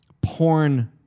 porn